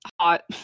hot